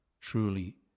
truly